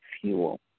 fuel